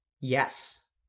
Yes